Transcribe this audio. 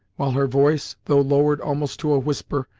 while her voice, though lowered almost to a whisper,